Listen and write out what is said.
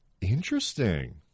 Interesting